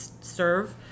serve